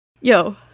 yo